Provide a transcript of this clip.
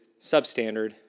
substandard